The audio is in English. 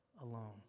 alone